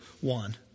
one